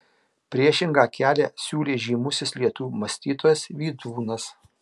priešingą kelią siūlė žymusis lietuvių mąstytojas vydūnas